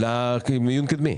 למיון קדמי.